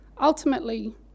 Ultimately